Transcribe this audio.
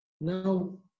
now